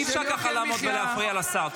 אי-אפשר ככה לעמוד ולהפריע לשר.